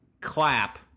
clap